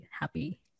happy